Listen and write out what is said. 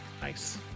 nice